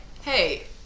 hey